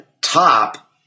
top